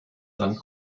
dann